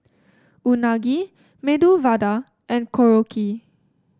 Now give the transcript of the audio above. Unagi Medu Vada and Korokke